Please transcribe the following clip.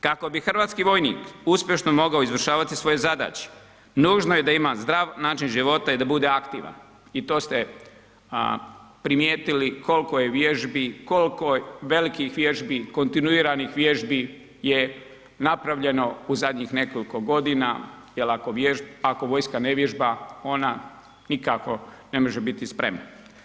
Kako bi hrvatski vojnik uspješno mogao izvršavati svoje zadaće nužno je da ima zdrav način života i da bude aktivan i to ste primijetili koliko je vježbi, koliko velikih vježbi, kontinuiranih vježbi je napravljano u nekoliko zadnjih godina jer ako vojska ne vježba ona nikako ne može biti spremna.